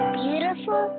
beautiful